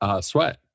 sweat